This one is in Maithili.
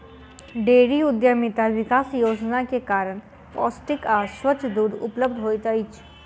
डेयरी उद्यमिता विकास योजना के कारण पौष्टिक आ स्वच्छ दूध उपलब्ध होइत अछि